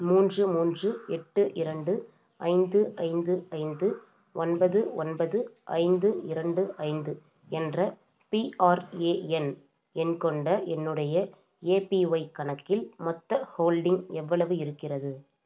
மூன்று மூன்று எட்டு இரண்டு ஐந்து ஐந்து ஐந்து ஒன்பது ஒன்பது ஐந்து இரண்டு ஐந்து என்ற பிஆர்ஏஎன் எண் கொண்ட என்னுடைய ஏபிஒய் கணக்கில் மொத்த ஹோல்டிங் எவ்வளவு இருக்கிறது